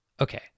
okay